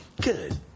Good